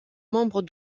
membres